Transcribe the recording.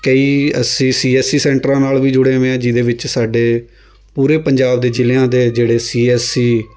ਕਈ ਅਸੀਂ C S C ਸੈਂਟਰਾਂ ਨਾਲ਼ ਵੀ ਜੁੜੇ ਵੇ ਹਾਂ ਜਿਹਦੇ ਵਿੱਚ ਸਾਡੇ ਪੂਰੇ ਪੰਜਾਬ ਦੇ ਜ਼ਿਲ੍ਹਿਆਂ ਦੇ ਜਿਹੜੇ ਸੀ ਐੱਸ ਸੀ